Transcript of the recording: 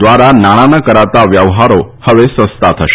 દ્વાર નાણાના કરાતા વ્યવહારો હવે સસ્તા થશે